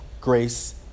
grace